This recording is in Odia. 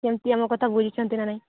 ସେମିତି ଆମ କଥା ବୁଝୁଛନ୍ତି ନା ନାହିଁ